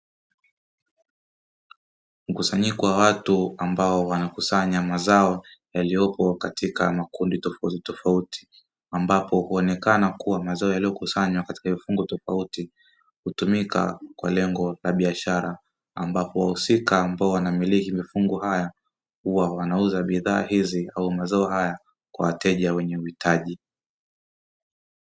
Mkusanyiko wa watu ambao wanakusanya mazao yaliyopo katika makundi tofauti tofauti, ambapo huonekana kuwa mazao yaliyokusanywa mafungu tofauti hutumika kwa lengo la biashara, ambapo wahusika ambao wanamiliki mafungu haya huwa wanauza bidhaa hizi au mazao haya kwa wateja wenye uhitaji.